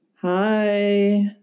Hi